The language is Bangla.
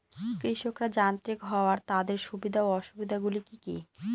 কৃষকরা যান্ত্রিক হওয়ার তাদের সুবিধা ও অসুবিধা গুলি কি কি?